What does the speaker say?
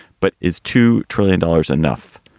but is two trillion dollars enough?